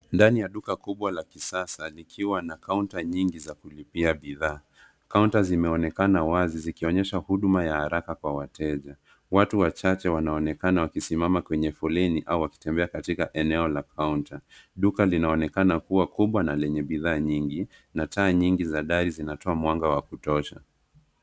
Ndani la duka kubwa la kisasa likiwa na counter nyingi za kulipia bidhaa. Counter zimeonekana wazi zikionyesha huduma za haraka kwa wateja. Watu wachache wanaonekana wakisimama kwenye foleni au wakitembea katika eneo la counter . Duka linaonekana kuwa kubwa na lenye bidhaa nyingi na taa nyingi za dari zinatoa mwanga wa kutosha.